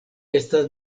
estas